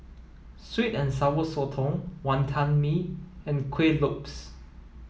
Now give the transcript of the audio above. sweet and sour sotong Wantan Mee and Kueh Lopes